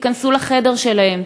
תיכנסו לחדר שלהם,